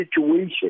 situation